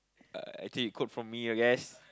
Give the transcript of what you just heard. uh actually quote from me you guys